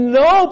no